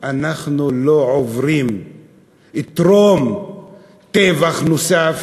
אנחנו לא עוברים טרום-טבח נוסף